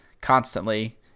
constantly